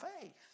faith